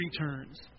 returns